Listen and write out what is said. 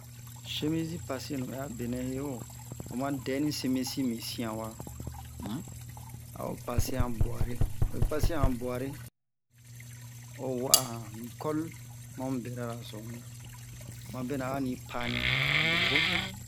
chemise passer nu ɓɛ a benɛ hewo oma dɛ nin chemise mi siyanwa um a o passe han buware oyi passer han buware o wa'ahan ni kɔli mamu berara-so ŋian mabɛnɛ a oni pa'a nin to mu vo